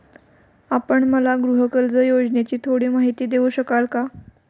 आपण मला गृहकर्ज योजनेची थोडी माहिती देऊ शकाल का?